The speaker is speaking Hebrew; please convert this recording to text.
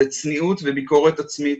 זו צניעות וביקורת עצמית,